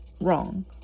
wrong